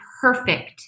perfect